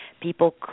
People